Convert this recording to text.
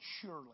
surely